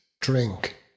drink